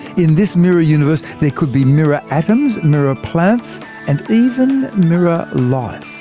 in this mirror universe, there could be mirror atoms, mirror ah planets and even mirror life.